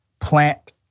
plant